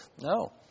No